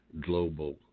global